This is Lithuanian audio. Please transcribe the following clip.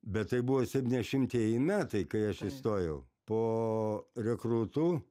bet tai buvo septyniašimtieji metai kai aš įstojau po rekrūtų